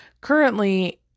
currently